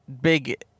big